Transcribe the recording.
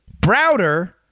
Browder